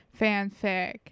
fanfic